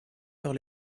par